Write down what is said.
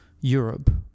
europe